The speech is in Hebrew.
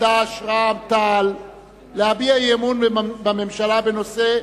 חד"ש ורע"ם-תע"ל להביע אי-אמון בממשלה בנושא: